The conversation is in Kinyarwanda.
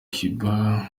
kiba